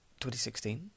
2016